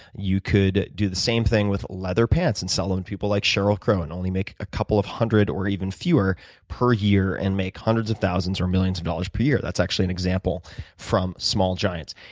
you could do the same thing with leather pants and sell them to and people like cheryl crow and only make a couple of hundred or even fewer per year and make hundreds of thousands or millions of dollars per year. that's actually an example from small giants.